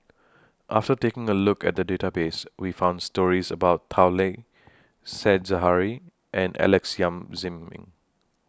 after taking A Look At The Database We found stories about Tao Li Said Zahari and Alex Yam Ziming